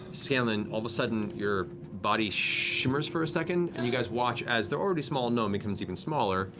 scanlan, all of a sudden your body shimmers for a second, and you guys watch as the already small gnome becomes even smaller.